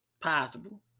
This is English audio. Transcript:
Possible